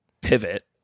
pivot